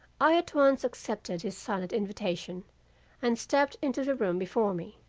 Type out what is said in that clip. i at once accepted his silent invitation and stepped into the room before me.